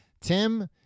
Tim